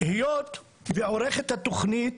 היות ועורכת התכנית